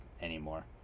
anymore